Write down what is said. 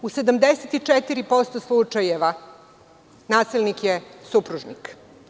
U 74% slučajeva nasilnik je supružnik.